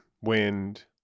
Wind